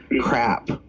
crap